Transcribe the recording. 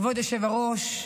כבוד היושב-ראש,